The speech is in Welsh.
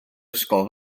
ysgol